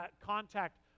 contact